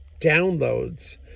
downloads